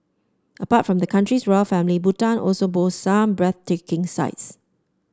apart from the country's royal family Bhutan also boasts some breathtaking sights